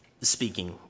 speaking